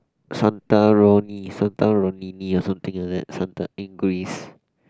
santorini santorini or something like that Santa